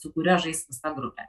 su kuriuo žais visa grupė